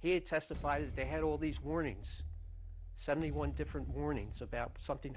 he testified that they had all these warnings seventy one different warnings about something